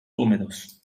húmedos